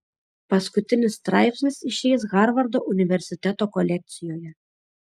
paskutinis straipsnis išeis harvardo universiteto kolekcijoje